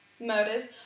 Murders